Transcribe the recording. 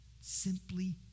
Simply